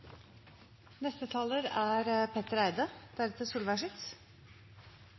Neste taler er